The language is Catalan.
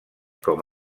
com